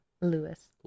Lewis